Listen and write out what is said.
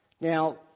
Now